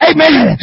Amen